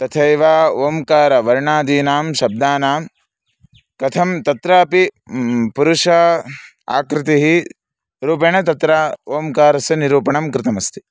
तथैवा ओम्कारः वर्णादीनां शब्दानां कथं तत्रापि पुरुषः आकृतिः रूपेण तत्र ओम्कारस्य निरूपणं कृतमस्ति